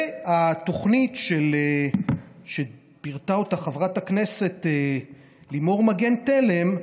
התוכנית שפירטה חברת הכנסת לימור מגן תלם,